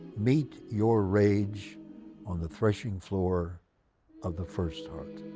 meet your rage on the threshing floor of the first heart.